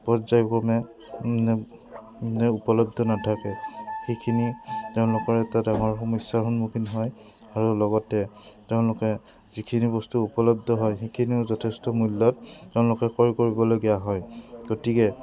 পৰ্যায়ক্ৰমে উপলব্ধ নাথাকে সেইখিনি তেওঁলোকৰ এটা ডাঙৰ সমস্যাৰ সন্মুখীন হয় আৰু লগতে তেওঁলোকে যিখিনি বস্তু উপলব্ধ হয় সেইখিনিও যথেষ্ট মূল্যত তেওঁলোকে ক্ৰয় কৰিবলগীয়া হয় গতিকে